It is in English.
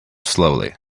slowly